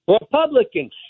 Republicans